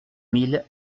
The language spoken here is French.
mille